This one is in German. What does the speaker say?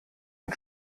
den